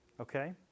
Okay